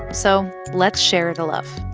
so let's share the love